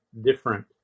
different